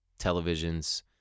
televisions